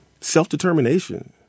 self-determination